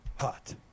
Hot